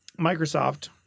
Microsoft